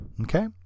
okay